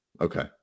Okay